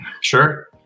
Sure